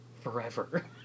forever